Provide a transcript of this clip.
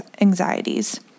anxieties